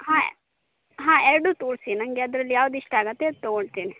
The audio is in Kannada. ಹಾಂ ಹಾಂ ಎರಡೂ ತೋರಿಸಿ ನಂಗೆ ಆದ್ರಲ್ಲಿ ಯಾವ್ದು ಇಷ್ಟ ಆಗುತ್ತೆ ಅದು ತೊಗೊಳ್ತೀನಿ